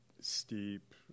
steep